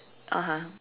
(uh huh)